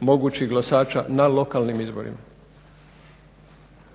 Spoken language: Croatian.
mogućih glasača na lokalnim izborima